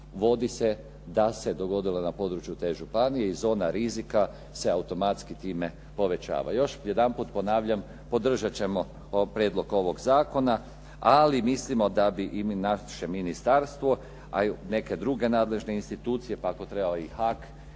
vodi se da se dogodilo na području te županije i zona rizika se automatski time povećava. Još jedanput ponavljam, podržat ćemo prijedlog ovog zakona ali mislimo da bi i naše ministarstvo a i neke druge nadležne institucije pa ako treba i HAK